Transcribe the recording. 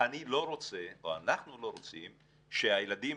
אני לא רוצה או אנחנו לא רוצים שהילדים